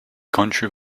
country